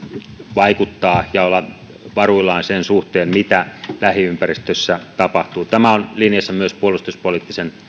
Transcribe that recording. vaikuttaa ja olla varuillaan sen suhteen mitä lähiympäristössä tapahtuu tämä on linjassa myös puolustuspoliittisen